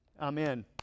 amen